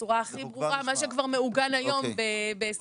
בצורה הכי ברורה מה שכבר מעוגן היום בהסכמים.